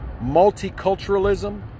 multiculturalism